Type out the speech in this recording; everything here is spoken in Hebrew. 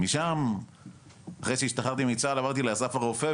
משם אחרי שהשתחררתי מצה"ל עברתי לאסף הרופא,